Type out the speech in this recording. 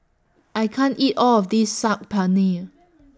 I can't eat All of This Saag Paneer